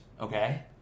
Okay